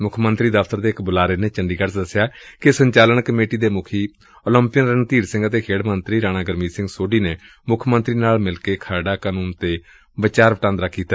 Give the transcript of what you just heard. ਮੁੱਖ ਮੰਤਰੀ ਦਫ਼ਤਰ ਦੇ ਬੁਲਾਰੇ ਨੇ ਚੰਡੀਗੜ੍ਹ ਚ ਦਸਿਆ ਕਿ ਸਟੀਰਿੰਗ ਕਮੇਟੀ ਦੇ ਮੁਖੀ ਓਲੰਪੀਅਨ ਰਣਧੀਰ ਸਿੰਘ ਅਤੇ ਖੇਡ ਮੰਤਰੀ ਰਾਣਾ ਗੁਰਮੀਤ ਸਿੰਘ ਸੋਢੀ ਨੇ ਮੁੱਖ ਮੰਤਰੀ ਨਾਲ ਮਿਲ ਕੇ ਖਰੜਾ ਕਾਨੂੰਨ ਤੇ ਵਿਚਾਰ ਵਟਾਂਦਰਾਂ ਕੀਤਾ